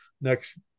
next